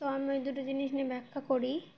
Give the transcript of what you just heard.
তো আমি ওই দুটো জিনিস নিয়ে ব্যাখ্যা করি